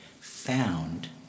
found